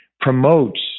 promotes